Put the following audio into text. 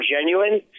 genuine